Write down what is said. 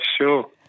Sure